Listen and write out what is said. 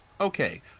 okay